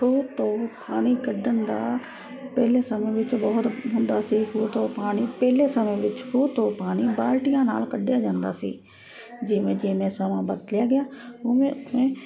ਖੂਹ ਤੋਂ ਪਾਣੀ ਕੱਢਣ ਦਾ ਪਹਿਲੇ ਸਮੇਂ ਵਿੱਚ ਬਹੁਤ ਹੁੰਦਾ ਸੀ ਖੂਹ ਤੋਂ ਪਾਣੀ ਪਹਿਲੇ ਸਮੇਂ ਵਿੱਚ ਖੂਹ ਤੋਂ ਪਾਣੀ ਬਾਲਟੀਆਂ ਨਾਲ ਕੱਢਿਆਂ ਜਾਂਦਾ ਸੀ ਜਿਵੇਂ ਜਿਵੇਂ ਸਮਾਂ ਬਦਲਦਾ ਗਿਆ ਉਵੇਂ ਉਵੇਂ